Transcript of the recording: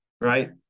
right